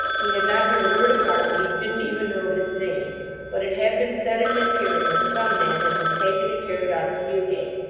he had not heard a word of barnaby didn't even know his name but it had been said in his hearing that some man had been taken and carried off to newgate.